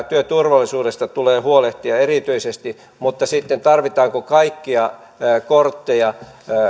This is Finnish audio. työturvallisuudesta tulee huolehtia erityisesti mutta sitten tarvitaanko kaikkia kortteja